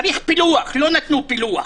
צריך פילוח ולא נתנו פילוח,